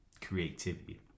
creativity